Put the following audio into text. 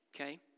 Okay